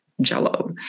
jello